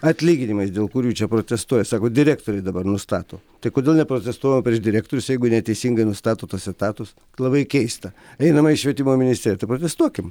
atlyginimais dėl kurių čia protestuoja sako direktoriai dabar nustato tai kodėl neprotestuojama prieš direktorius jeigu neteisingai nustato tuos etatus labai keista einama į švietimo ministeriją tai protestuokim